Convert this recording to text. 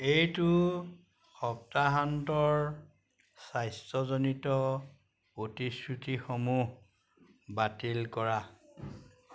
এইটো সপ্তাহান্তৰ স্বাস্থ্যজনিত প্ৰতিশ্ৰুতিসমূহ বাতিল কৰা